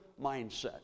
mindset